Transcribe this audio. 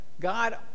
God